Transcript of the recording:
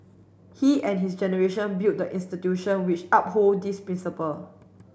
he and his generation built the institution which uphold these principle